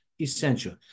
essential